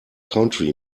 country